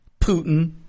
Putin